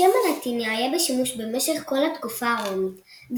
השם הלטיני היה בשימוש במשך כל התקופה הרומית,